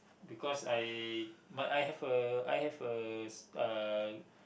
because I I have a I have a uh